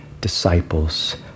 disciples